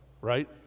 Right